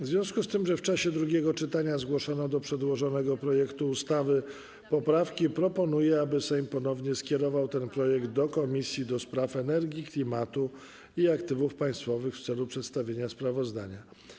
W związku z tym, że w czasie drugiego czytania zgłoszono do przedłożonego projektu ustawy poprawki, proponuję aby Sejm ponownie skierował ten projekt do Komisji do Spraw Energii, Klimatu i Aktywów Państwowych w celu przedstawienia sprawozdania.